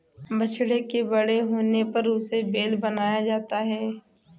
बछड़े के बड़े होने पर उसे बैल बनाया जाता है